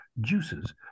juices